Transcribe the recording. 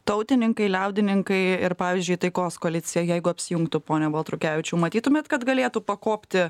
tautininkai liaudininkai ir pavyzdžiui taikos koalicija jeigu apsijungtų pone baltrukevičiau matytumėt kad galėtų pakopti